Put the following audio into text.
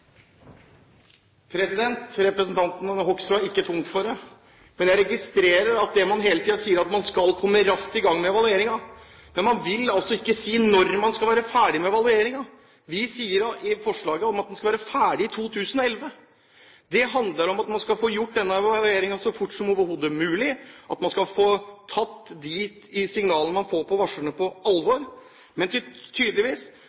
ikke tungt for det. Jeg registrerer at man hele tiden sier at man skal komme raskt i gang med evalueringen, men man vil altså ikke si når man skal være ferdig med den. Vi sier i forslaget at den skal være ferdig i 2011. Det handler om at man skal få gjort denne evalueringen så fort som overhodet mulig, og at man skal ta på alvor de signalene man får fra varslerne. Men det er tydeligvis